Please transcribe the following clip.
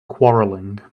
quarrelling